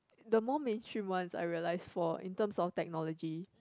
the more mainstream ones I realise for in terms of technology